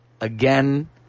again